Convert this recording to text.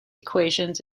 equations